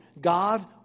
God